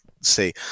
see